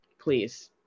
please